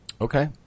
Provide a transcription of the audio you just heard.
Okay